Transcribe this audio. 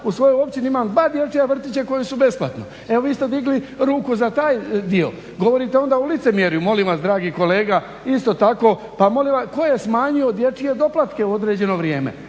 u svojoj općini imam dva dječja vrtića koja su besplatna, evo vi ste digli ruku za taj dio, govorite onda o licemjerju, molim vas dragi kolega, isto tako ko je smanjio dječje doplatke u određeno vrijeme?